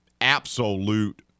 Absolute